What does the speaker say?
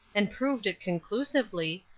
and proved it conclusively,